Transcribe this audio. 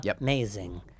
amazing